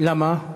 למה?